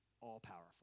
all-powerful